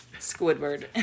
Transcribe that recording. Squidward